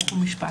חוק ומשפט,